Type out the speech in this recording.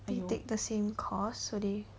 you take the same course so they